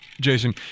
Jason